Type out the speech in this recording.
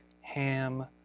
ham